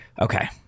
okay